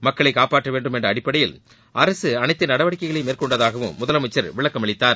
மக்களை காப்பாற்ற வேண்டும் என்ற அடிப்படையில் அரசு அனைத்து நடவடிக்கைகளையும் மேற்கொண்டதாகவும் முதலமைச்சர் விளக்கம் அளித்தார்